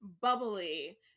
bubbly